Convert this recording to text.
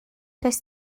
does